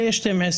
לעולם.